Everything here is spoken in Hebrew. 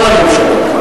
כל הממשלות.